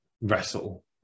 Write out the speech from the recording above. wrestle